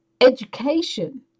education